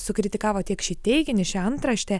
sukritikavo tiek šį teiginį šią antraštę